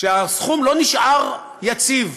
ידעו שהסכום לא נשאר יציב.